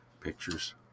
pictures